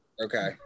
okay